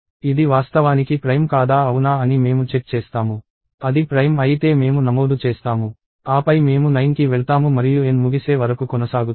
ఇది వాస్తవానికి ప్రైమ్ కాదా అవునా అని మేము చెక్ చేస్తాము అది ప్రైమ్ అయితే మేము నమోదు చేస్తాము ఆపై మేము 9 కి వెళ్తాము మరియు N ముగిసే వరకు కొనసాగుతాము